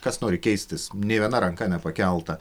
kas nori keistis nei viena ranka nepakelta